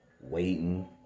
waiting